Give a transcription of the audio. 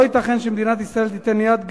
לא ייתכן שמדינת ישראל תיתן יד,